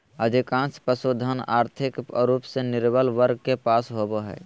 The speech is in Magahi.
अधिकांश पशुधन, और्थिक रूप से निर्बल वर्ग के पास होबो हइ